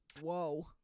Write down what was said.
Whoa